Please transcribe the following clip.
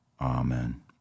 Amen